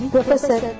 Professor